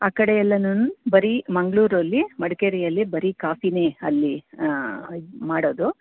ಆ ಕಡೆ ಎಲ್ಲನೂ ಬರೀ ಮಂಗಳೂರಲ್ಲಿ ಮಡಿಕೇರಿಯಲ್ಲಿ ಬರೀ ಕಾಫಿನೇ ಅಲ್ಲಿ ಮಾಡೋದು